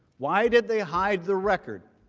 why did they hide the record?